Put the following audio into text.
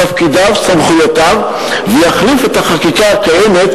תפקידיו וסמכויותיו ויחליף את החקיקה הקיימת,